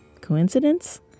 Coincidence